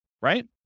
right